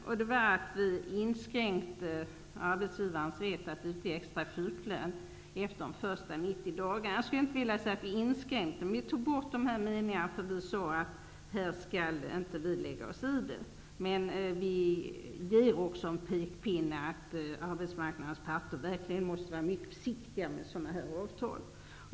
Utskottet vill inskränka arbetsgivarens rätt att utge extra sjuklön efter de första 90 dagarna. Kanske innebär det inte någon inskränkning, men vi föreslår ett avskaffande av skrivningarna på den här punkten, eftersom vi inte vill lägga oss i detta. Men vi satte också upp en pekpinne om att arbetsmarknadens parter verkligen måste vara mycket försiktiga med sådana här avtal.